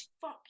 fuck